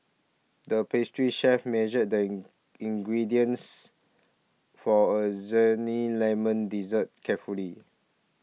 the pastry chef measured the in ingredients for a Lemon Dessert carefully